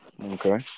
okay